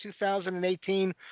2018